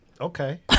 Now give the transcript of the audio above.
Okay